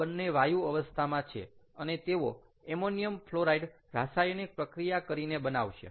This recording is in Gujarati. આ બન્ને વાયુ અવસ્થામાં છે અને તેઓ એમોનિયમ ફ્લોરાઇડ રાસાયણિક પ્રક્રિયા કરીને બનાવશે